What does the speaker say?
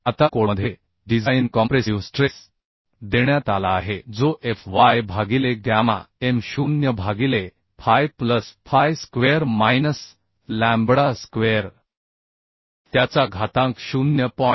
आता कोडमध्ये design compressive stress देण्यात आला आहे जो FY भागीले गॅमा m0 भागीले phi plus phi square minus lambda square whole to your 0